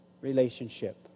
relationship